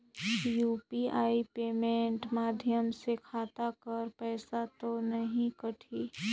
UPI payment माध्यम से खाता कर पइसा तो नी कटही?